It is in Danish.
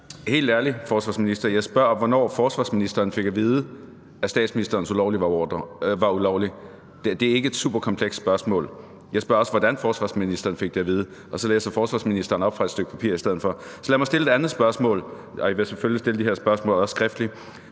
Helt ærligt, forsvarsminister, jeg spørger om, hvornår forsvarsministeren fik at vide, at statsministerens ordre var ulovlig. Det er ikke et superkomplekst spørgsmål. Jeg spørger også, hvordan forsvarsministeren fik det at vide, og så læser forsvarsministeren op fra et stykke papir i stedet for. Så lad mig stille et andet spørgsmål – jeg vil selvfølgelig stille de her spørgsmål også skriftligt: